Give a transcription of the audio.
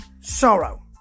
Sorrow